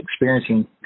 experiencing